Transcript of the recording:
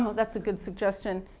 that's a good suggestion.